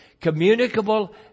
communicable